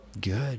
good